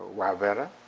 ah ah wyvetter